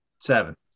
Seven